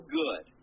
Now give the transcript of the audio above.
good